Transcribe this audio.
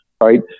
right